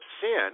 sin